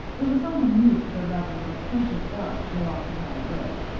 it was something new for the rather loquacious belle to go off without a word,